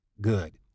Good